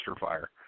fire